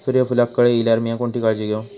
सूर्यफूलाक कळे इल्यार मीया कोणती काळजी घेव?